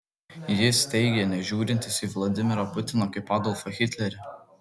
jis teigė nežiūrintis į vladimirą putiną kaip adolfą hitlerį